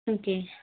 okay